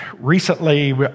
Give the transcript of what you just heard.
Recently